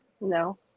No